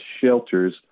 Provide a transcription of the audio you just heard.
shelters